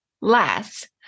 less